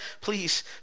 Please